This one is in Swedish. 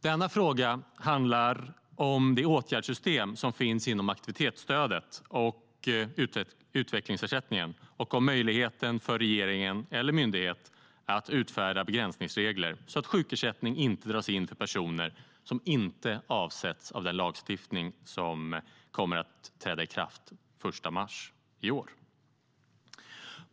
Den handlar om de åtgärdssystem som finns inom aktivitetsstödet och utvecklingsersättningen samt om möjligheten för regeringen eller myndigheten att utfärda begränsningsregler så att sjukersättning inte dras in för personer som inte avsetts i den lagstiftning som kommer att träda i kraft den 1 mars i år.